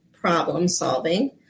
problem-solving